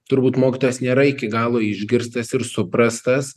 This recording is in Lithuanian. turbūt mokytojas nėra iki galo išgirstas ir suprastas